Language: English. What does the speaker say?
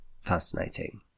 fascinating